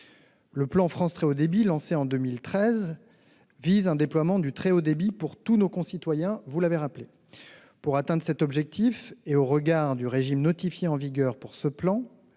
Le plan France Très Haut Débit, lancé en 2013, vise un déploiement du très haut débit pour tous nos concitoyens, vous l'avez rappelé. Pour atteindre cet objectif, et au regard du régime notifié en vigueur pour ce plan,